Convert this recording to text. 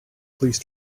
please